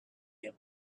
him